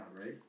right